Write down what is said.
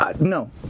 No